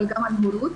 אבל גם על הורות.